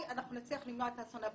נצליח למנוע את האסון הבא.